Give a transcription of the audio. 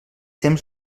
temps